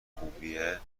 خوبیه